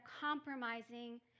compromising